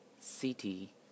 City